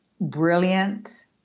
Brilliant